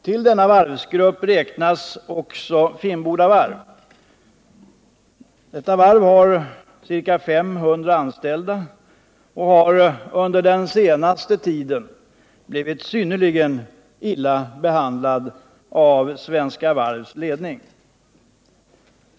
Till denna varvsgrupp räknas också Finnboda varv. Detta varv har ca 500 anställda och har under den senaste tiden blivit synnerligen illa behandlat av Svenska Varvs ledning.